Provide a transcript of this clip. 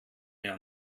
mehr